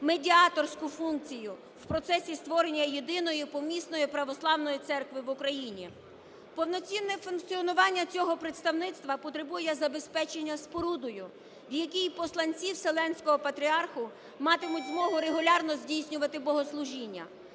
медіаторську функцію в процесі створення єдиної помісної православної церкви в Україні. Повноцінне функціонування цього представництва потребує забезпечення спорудою, в якій посланці Вселенського Патріарху матимуть змогу регулярно здійснювати богослужіння.